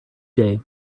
play